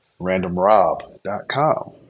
randomrob.com